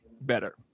better